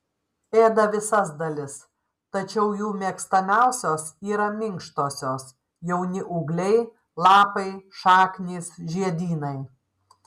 ėda visas dalis tačiau jų mėgstamiausios yra minkštosios jauni ūgliai lapai šaknys žiedynai